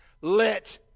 Let